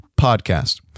podcast